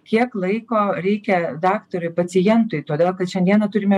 kiek laiko reikia daktarui pacientui todėl kad šiandien turime